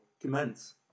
Commence